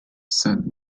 said